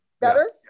Better